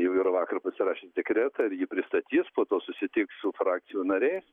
jau yra vakar pasirašęs dekretą ir jį pristatys po to susitiks su frakcijų nariais